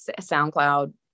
SoundCloud